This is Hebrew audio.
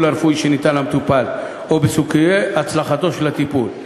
הרפואי שניתן למטופל או בסיכויי הצלחתו של הטיפול,